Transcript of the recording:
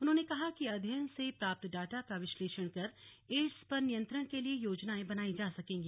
उन्होंने कहा कि अध्ययन से प्राप्त डाटा का विश्लेषण कर एड़स पर नियन्त्रण के लिए योजनाएं बनायी जा सकेंगी